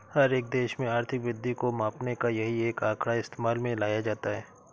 हर एक देश में आर्थिक वृद्धि को मापने का यही एक आंकड़ा इस्तेमाल में लाया जाता है